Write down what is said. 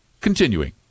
continuing